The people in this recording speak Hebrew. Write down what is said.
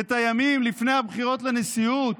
את הימים לפני הבחירות לנשיאות,